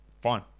Fine